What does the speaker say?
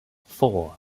four